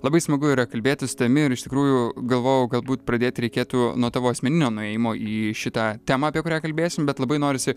labai smagu yra kalbėtis su tavimi ir iš tikrųjų galvojau galbūt pradėti reikėtų nuo tavo asmeninio nuėjimo į šitą temą apie kurią kalbėsim bet labai norisi